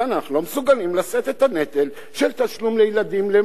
אנחנו לא מסוגלים לשאת את הנטל של תשלום למעון,